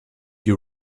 you